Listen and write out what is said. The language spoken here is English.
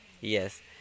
Yes